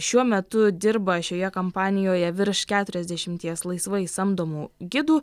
šiuo metu dirba šioje kampanijoje virš keturiasdešimties laisvai samdomų gidų